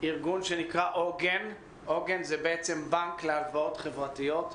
ארגון שנקרא "עוגן" "עוגן" הוא בנק להלוואות חברתיות,